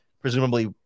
presumably